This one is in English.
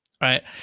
Right